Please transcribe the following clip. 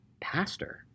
pastor